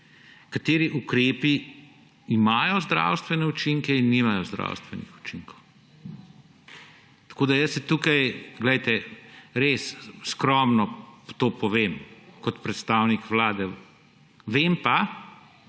kateri ukrepi imajo zdravstvene učinke in nimajo zdravstvenih učinkov. Tako da jaz tukaj res skromno to povem kot predstavnik Vlade, vem pa,